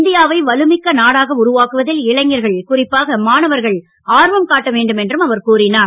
India வை வலுமிக்க நாடாக உருவாக்குவதில் இளைஞர்கள் குறிப்பாக மாணவர்கள் ஆர்வம் காட்டவேண்டும் என்று அவர் கூறினார்